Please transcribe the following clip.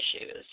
issues